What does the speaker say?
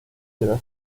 queda